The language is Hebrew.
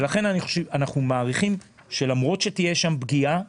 ולכן אנחנו מעריכים שלמרות שתהיה שם פגיעה,